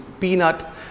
peanut